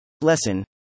Lesson